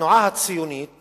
התנועה הציונית